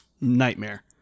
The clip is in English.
nightmare